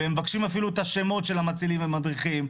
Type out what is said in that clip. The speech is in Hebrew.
והם מבקשים אפילו את השמות של המצילים והמדריכים,